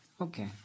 Okay